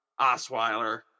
Osweiler